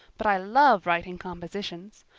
but i love writing compositions.